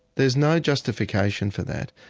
there's no justification for that,